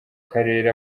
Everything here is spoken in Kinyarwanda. karere